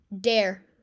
Dare